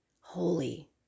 holy